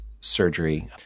surgery